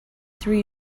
through